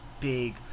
big